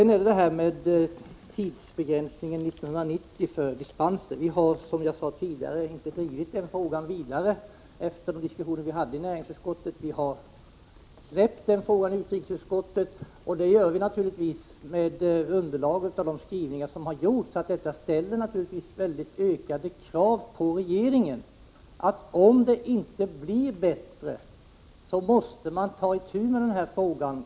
När det gäller tidsbegränsningen för dispenser till 1990 har vi, som jag sade tidigare, inte drivit denna fråga vidare. Efter de diskussioner som vi förde i näringsutskottet släppte vi i utrikesutskottet kravet på en tidsbegränsning till 1990. Det gjorde vi naturligtvis med utskottets skrivningar som underlag. Detta ställer självfallet ökade krav på regeringen. Om det inte blir bättre, måste regeringen ganska snart ta itu med denna fråga.